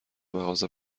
مغازه